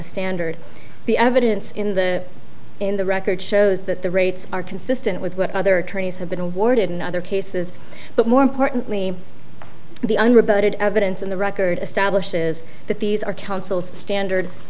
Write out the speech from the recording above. standard the evidence in the in the record shows that the rates are consistent with what other attorneys have been awarded in other cases but more importantly the unrebutted evidence in the record establishes that these are council standard